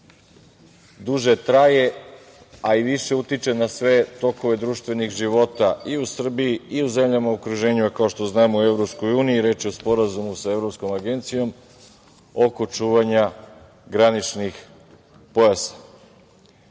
duže traje, a i više utiče na sve tokove društvenih života i u Srbiji i u zemljama u okruženju, a kao što znamo i u EU. Reč je o Sporazumu sa Evropskom agencijom oko čuvanja graničnih pojasa. Tu